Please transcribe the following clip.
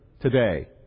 today